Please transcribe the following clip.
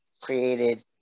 created